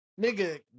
Nigga